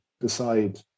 decide